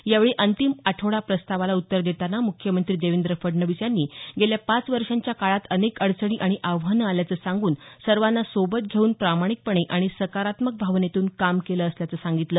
यावेळी अंतिम आठवडा प्रस्तावाला उत्तर देतांना मुख्यमंत्री देवेंद्र फडणवीस यांनी गेल्या पाच वर्षांच्या काळात अनेक अडचणी आणि आव्हानं आल्याचं सांगून सर्वांना सोबत घेवून प्रामाणिकपणे आणि सकारात्मक भावनेतून काम केलं असल्याचं सांगितलं